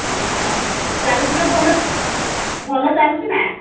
ଅଁ କାଲି ଯୋଉଟା ଭଲ ଭଲ ଚାଲୁଛି ନା